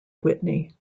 whitney